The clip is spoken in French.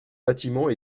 bâtiment